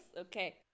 okay